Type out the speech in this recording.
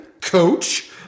coach